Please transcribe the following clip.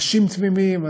אנשים תמימים,